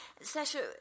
Sasha